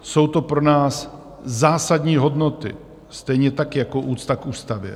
Jsou to pro nás zásadní hodnoty, stejně tak jako úcta k ústavě.